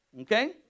Okay